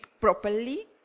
properly